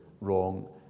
wrong